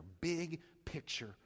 big-picture